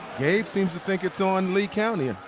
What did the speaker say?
gabe seems to think it's on lee county. yeah,